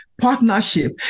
Partnership